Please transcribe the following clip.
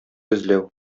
эзләү